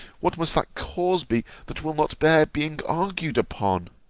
what must that cause be that will not bear being argued upon?